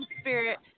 Spirit